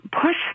push